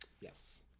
yes